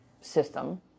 system